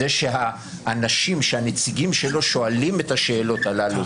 זה שהנציגים של הציבור שואלים את השאלות הללו